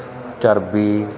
ਚਰਬੀ